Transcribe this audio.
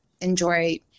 enjoy